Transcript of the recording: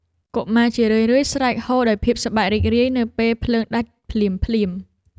កុមារជារឿយៗស្រែកហ៊ោដោយភាពសប្បាយរីករាយ នៅពេលភ្លើងដាច់ភ្លាមៗ។